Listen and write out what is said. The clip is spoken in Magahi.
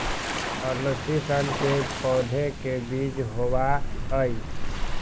अलसी सन के पौधे के बीज होबा हई